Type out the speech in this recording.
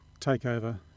takeover